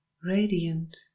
radiant